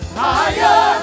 higher